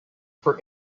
for